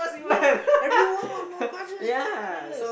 ya everyone want more budget yes